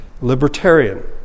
libertarian